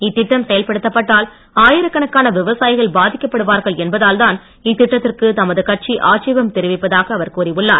இத்திட்டம் கணக்கான செயல்படுத்தப்பட்டால் விவசாயிகள் பாதிக்கப்படுவார்கள் என்பதால் தான் இத்திட்டத்திற்கு தமது கட்சி ஆட்சேபம் தெரிவிப்பதாக அவர் கூறியுள்ளார்